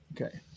Okay